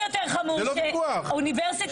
ממש ברגעים אלו יש פריצה של מקומות שבהם נהרסים